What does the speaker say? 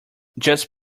just